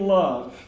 love